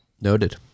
Noted